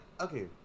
Okay